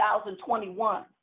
2021